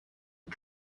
and